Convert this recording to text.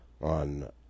on